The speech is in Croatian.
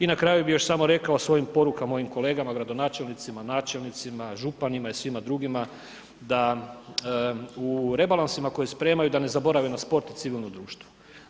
I na kraju bih još samo rekao svojim porukama mojim kolegama, gradonačelnicima, načelnicima, županima i svima drugima da u rebalansima koje spremaju da ne zaborave na sport i civilno društvo.